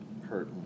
hurt